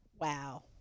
Wow